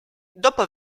dopo